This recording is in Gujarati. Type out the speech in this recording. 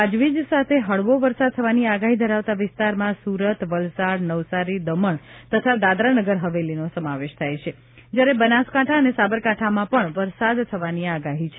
ગાજવીજ સાથે હળવો વરસાદ થવાની આગાહી ધરાવતા વિસ્તારમાં સુરત વલસાડ નવસારી દમણ તથા દાદરાનગર હવેલીનો સમાવેશ થાય છે જ્યારે બનાસકાંઠા અને સાબરકાંઠામાં પજ્ઞ વરસાદ થવાની આગાહી છે